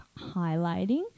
highlighting